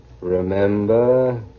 Remember